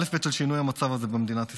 אלף-בית של שינוי המצב הזה במדינת ישראל.